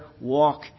walk